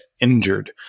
injured